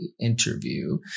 interview